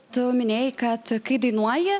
tu minėjai kad kai dainuoji